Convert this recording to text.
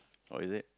oh is it